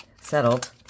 settled